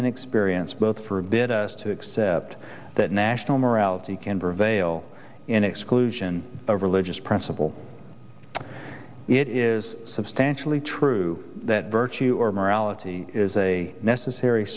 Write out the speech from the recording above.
and experience both for a bit us to accept that national morality can prevail in exclusion of religious principle it is substantially true that virtue or morality is a necessary